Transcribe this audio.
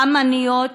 אמניות,